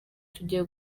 tugiye